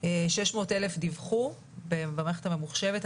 600,000 דיווחו במערכת הממוחשבת,